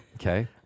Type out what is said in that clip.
Okay